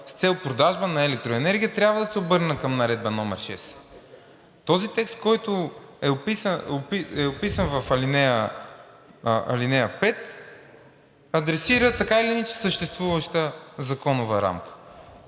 с цел продажба на електроенергия, трябва да се обърне към Наредба № 6. Този текст, който е описан в ал. 5, адресира така или иначе съществуваща законова рамка.